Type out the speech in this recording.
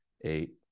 eight